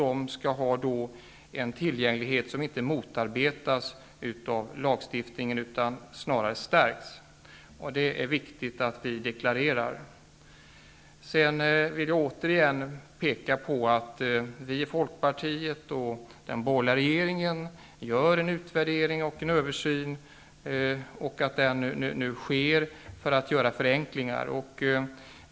De skall ha en tillgänglighet som inte motarbetas av lagstiftningen utan snarare stärks. Det är viktigt att vi deklarerar det. Jag vill återigen peka på att vi i Folkpartiet och den borgerliga regeringen gör en utvärdering och en översyn. Den sker för att man skall kunna göra förenklingar.